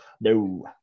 No